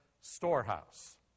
storehouse